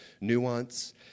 nuance